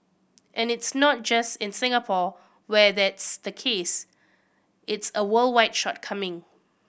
and it's not just in Singapore where that's the case it's a worldwide shortcoming